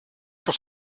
pour